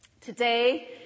Today